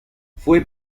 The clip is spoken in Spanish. fue